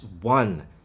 one